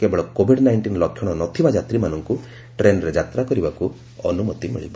କେବଳ Covid nineteen ଲକ୍ଷଣ ନଥିବା ଯାତ୍ରୀମାନଙ୍କୁ ଟ୍ରେନ୍ରେ ଯାତ୍ରା କରିବାକୁ ଅନୁମତି ମିଳିବ